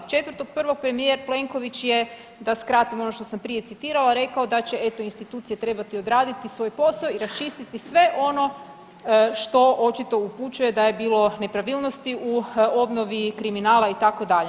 4.1. premijer Plenković je da skratim ono što sam prije citirala rekao da će, eto institucije trebati odraditi svoj posao i raščistiti sve ono što očito upućuje da je bilo nepravilnosti u obnovi kriminala itd.